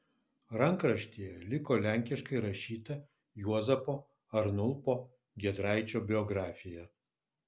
rankraštyje liko lenkiškai rašyta juozapo arnulpo giedraičio biografija